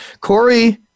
Corey